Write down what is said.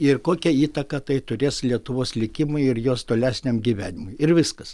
ir kokią įtaką tai turės lietuvos likimui ir jos tolesniam gyvenimui ir viskas